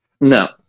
No